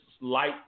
light